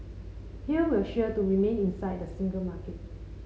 here we're sure to remain inside the single market